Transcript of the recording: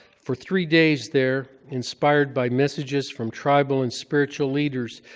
for three days there, inspired by messages from tribal and spiritual leaders,